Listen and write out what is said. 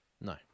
No